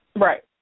Right